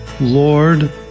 Lord